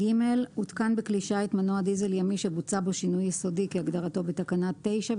הותקן בכלי שיט מנוע דיזל ימי שבוצע בו שינוי יסודי כהגדרתו בתקנה 9,